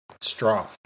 straw